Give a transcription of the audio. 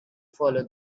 follow